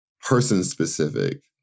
person-specific